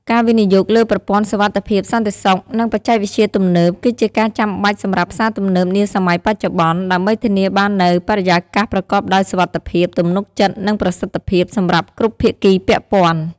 ការវិនិយោគលើប្រព័ន្ធសុវត្ថិភាព សន្តិសុខ និងបច្ចេកវិទ្យាទំនើប គឺជាការចាំបាច់សម្រាប់ផ្សារទំនើបនាសម័យបច្ចុប្បន្ន ដើម្បីធានាបាននូវ បរិយាកាសប្រកបដោយសុវត្ថិភាព ទំនុកចិត្ត និងប្រសិទ្ធភាព សម្រាប់គ្រប់ភាគីពាក់ព័ន្ធ។